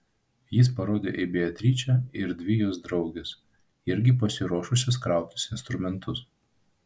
jis parodė į beatričę ir dvi jos drauges irgi pasiruošusias krautis instrumentus